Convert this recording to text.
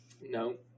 No